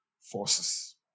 forces